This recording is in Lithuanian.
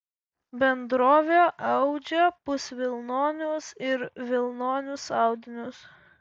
bendrovė audžia pusvilnonius ir vilnonius audinius